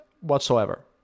whatsoever